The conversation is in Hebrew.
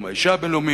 יום האשה הבין-לאומי.